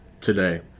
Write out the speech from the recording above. today